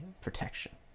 protection